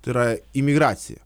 tai yra imigracija